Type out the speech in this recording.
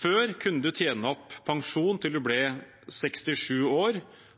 Før kunne man tjene opp pensjon til man ble 67 år,